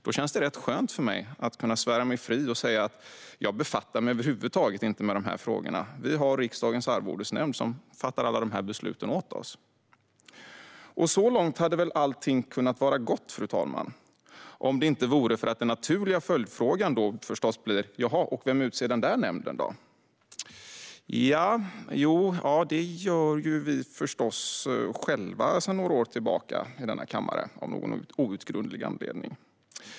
Det känns rätt skönt för mig att kunna svära mig fri och säga: Jag befattar mig över huvud taget inte med dessa frågor. Vi har Riksdagens arvodesnämnd som fattar alla dessa beslut åt oss. Så långt hade allting kunnat vara gott, fru talman - om det inte vore för att den naturliga följdfrågan förstås blir: Jaha, och vem utser den nämnden då? Jo, det gör vi ju förstås själva sedan några år tillbaka av någon outgrundlig anledning.